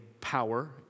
power